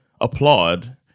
applaud